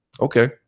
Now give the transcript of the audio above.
okay